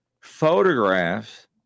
photographs